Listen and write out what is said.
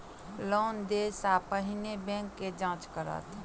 Loan देय सा पहिने बैंक की जाँच करत?